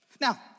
Now